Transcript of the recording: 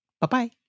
bye-bye